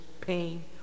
pain